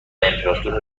امپراتوری